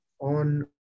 on